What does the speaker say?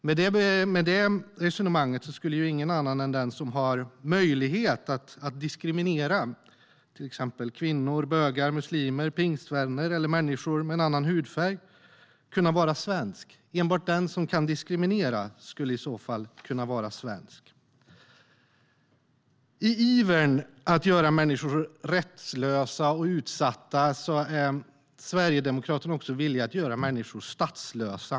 Med detta resonemang skulle ingen annan än den som har möjlighet att diskriminera till exempel kvinnor, bögar, muslimer, pingstvänner eller människor med en annan hudfärg kunna vara svensk. Enbart den som kan diskriminera skulle i så fall kunna vara svensk. I sin iver att göra människor rättslösa och utsatta är Sverigedemokraterna också villiga att göra människor statslösa.